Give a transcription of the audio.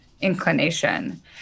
inclination